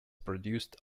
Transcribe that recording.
produced